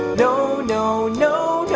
no, no, no, yeah